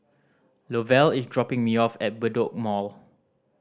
Lovell is dropping me off at Bedok Mall